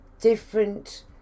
different